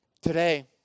Today